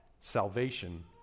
salvation